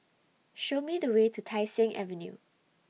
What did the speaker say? Show Me The Way to Tai Seng Avenue